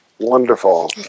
Wonderful